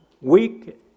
weak